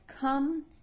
come